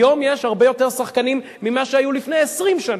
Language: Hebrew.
היום יש הרבה יותר שחקנים מאשר שהיו לפני 20 שנה.